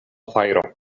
fajro